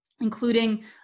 including